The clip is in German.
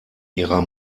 ihrer